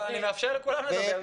אני מאפשר לכולם לדבר.